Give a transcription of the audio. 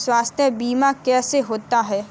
स्वास्थ्य बीमा कैसे होता है?